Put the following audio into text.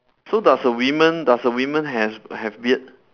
so does a woman does a woman have have beard